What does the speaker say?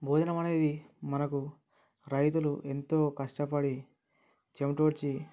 భోజనం అనేది మనకు రైతులు ఎంతో కష్టపడి చెమటోర్చి